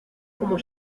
como